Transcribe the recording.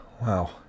Wow